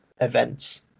events